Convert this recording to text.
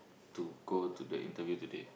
to go to the interview today